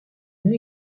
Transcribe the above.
new